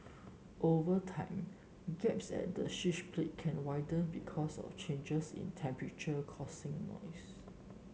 over time gaps at the switch plate can widen because of changes in temperature causing noise